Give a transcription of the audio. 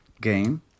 game